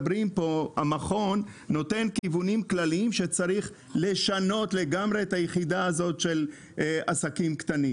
המכון נותן כיוונים כלליים שצריך לשנות לגמרי את היחידה של עסקים קטנים.